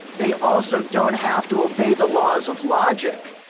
they also don't have to obey the laws of logic.